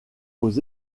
aux